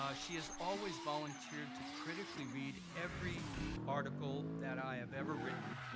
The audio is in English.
um she has always volunteered to critically read every article that i have ever written,